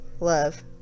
love